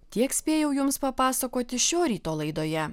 tiek spėjau jums papasakoti šio ryto laidoje